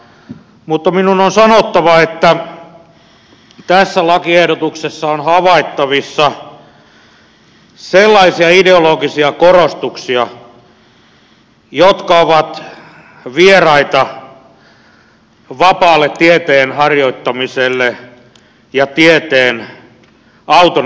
mutta minun on sanottava että tässä lakiehdotuksessa on havaittavissa sellaisia ideologisia korostuksia jotka ovat vieraita vapaalle tieteen harjoittamiselle ja tieteen autonomialle